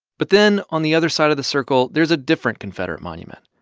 but then, on the other side of the circle, there's a different confederate monument.